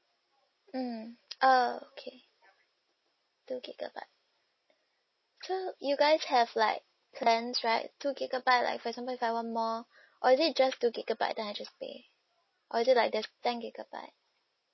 mm err okay two gigabyte so you guys have like plans right two gigabyte like for example if I want more or is it just two gigabyte then I just pay or is it like there's ten gigabyte